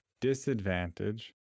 disadvantage